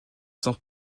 semble